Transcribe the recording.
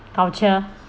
culture